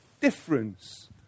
difference